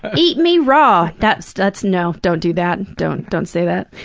eat me raw! that's that's no, don't do that. don't don't say that.